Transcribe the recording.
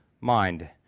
mind